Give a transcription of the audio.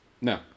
No